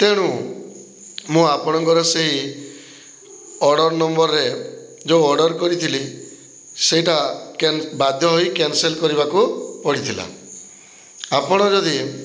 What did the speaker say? ତେଣୁ ମୁଁ ଆପଣଙ୍କର ସେହି ଅର୍ଡ଼ର ନମ୍ବରରେ ଯେଉଁ ଅର୍ଡ଼ର କରିଥିଲି ସେହିଟା କେନ ବାଧ୍ୟ ହୋଇ କ୍ୟାନ୍ସଲ କରିବାକୁ ପଡ଼ିଥିଲା ଆପଣ ଯଦି